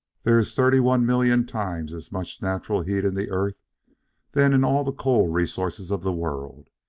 there is thirty one million times as much natural heat in the earth than in all the coal resources of the world.